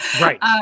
Right